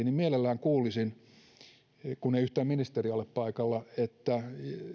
niin mielellään kuulisin kun ei yhtään ministeriä ole paikalla että